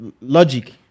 logic